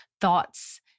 thoughts